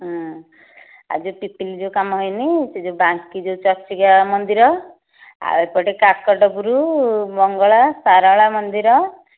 ହଁ ଆଉ ଯେଉଁ ପିପିଲି ଯେଉଁ କାମ ହୋଇନି ସେ ଯେଉଁ ବାଙ୍କି ଯେଉଁ ଚର୍ଚ୍ଚିକା ମନ୍ଦିର ଆଉ ଏପଟେ କାକଟପୁର ମଙ୍ଗଳା ସାରଳା ମନ୍ଦିର